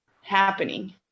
happening